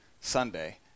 Sunday